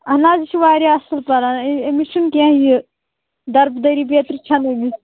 اَہَن حظ یہِ چھُ واریاہ اَصٕل پَران أمِس چھُنہٕ کیٚنٛہہ یہِ دربٕدٔری بیترِ چھےٚ نہٕ أمِس